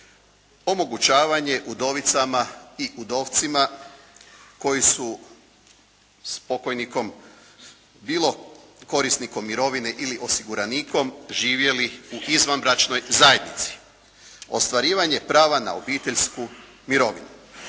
omogućavanje udovicama i udovcima koji su s pokojnikom, bilo korisnikom mirovine ili osiguranikom živjeli u izvanbračnoj zajednici. Ostvarivanje prava na obiteljsku mirovinu.